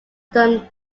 them